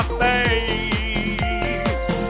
face